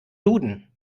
duden